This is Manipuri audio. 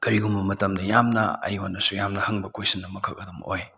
ꯀꯔꯤꯒꯨꯝꯕ ꯃꯇꯝꯗ ꯌꯥꯝꯅ ꯑꯩꯉꯣꯟꯗꯁꯨ ꯌꯥꯝꯅ ꯍꯪꯕ ꯀꯣꯏꯁꯟ ꯑꯃꯈꯛ ꯑꯗꯨꯝ ꯑꯣꯏ